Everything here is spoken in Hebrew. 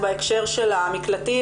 בהקשר של המקלטים,